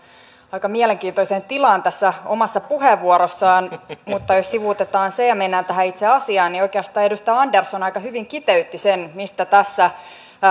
aika mielenkiintoiseen tilaan tässä omassa puheenvuorossaan mutta jos sivuutetaan se ja mennään tähän itse asiaan niin oikeastaan edustaja andersson aika hyvin kiteytti sen mistä tässä